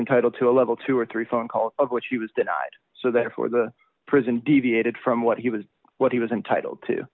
entitled to a level two or three phone calls of which he was denied so therefore the prison deviated from what he was what he was entitled to